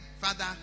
father